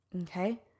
Okay